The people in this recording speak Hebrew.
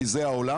כי זה העולם